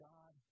God